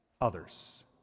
others